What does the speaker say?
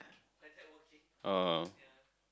oh